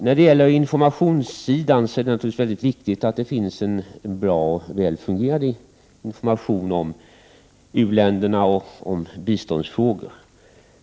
När det gäller informationssidan är det naturligtvis mycket viktigt att det finns en bra och väl fungerande information om u-länder och biståndsfrågor.